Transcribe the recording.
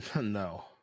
No